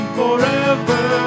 forever